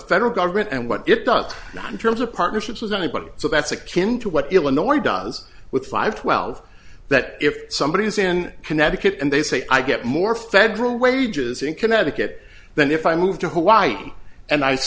federal government and what it does not in terms of partnerships with anybody so that's a kin to what illinois does with five twelve that if somebody is in connecticut and they say i get more federal wages in connecticut than if i move to hawaii and i